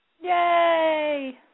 Yay